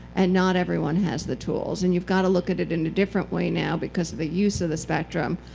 and not everyone has the tools, and you've got to look at it in a different way now because of the use of the spectrum.